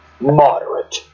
Moderate